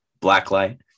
blacklight